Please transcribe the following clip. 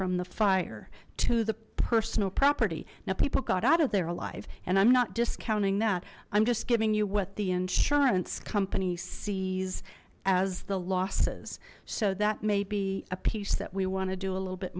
from the fire to the personal property now people got out of their life and i'm not discounting that i'm just giving you what the insurance company sees as the losses so that may be a piece that we want to do a little bit